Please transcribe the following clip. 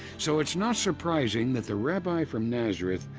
so it's not surprising that the rabbi from nazareth.